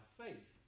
faith